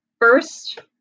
First